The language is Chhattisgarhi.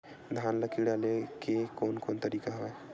धान ल कीड़ा ले के कोन कोन तरीका हवय?